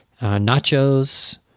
Nachos